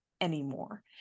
anymore